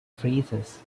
freezes